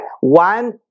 One